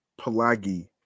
Pelagi